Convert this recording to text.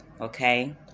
okay